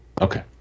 Okay